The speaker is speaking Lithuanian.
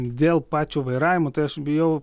dėl pačio vairavimo tai aš bijau